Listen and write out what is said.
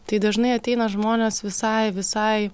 tai dažnai ateina žmonės visai visai